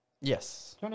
Yes